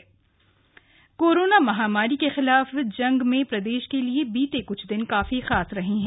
corona Dehradun corona महामारी के खिलाफ जंग में प्रदेश के लिए बीते कुछ दिन काफी खास रहे है